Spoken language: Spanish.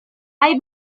hay